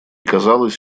казалось